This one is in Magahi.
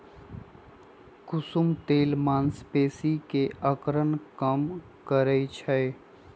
कुसुम तेल मांसपेशी के अकड़न कम करई छई